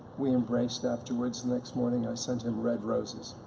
we embraced afterwards. next morning i sent him red roses.